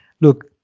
Look